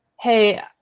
hey